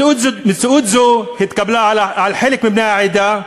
מציאות זאת התקבלה על חלק מבני העדה,